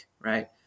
Right